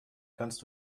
kannst